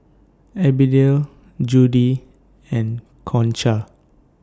Abdiel Judi and Concha